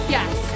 Yes